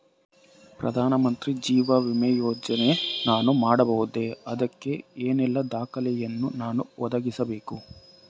ಪ್ರಧಾನ ಮಂತ್ರಿ ಜೀವ ವಿಮೆ ಯೋಜನೆ ನಾನು ಮಾಡಬಹುದೇ, ಅದಕ್ಕೆ ಏನೆಲ್ಲ ದಾಖಲೆ ಯನ್ನು ನಾನು ಒದಗಿಸಬೇಕು?